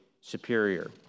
superior